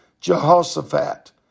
Jehoshaphat